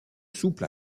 souples